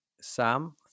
Sam